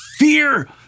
Fear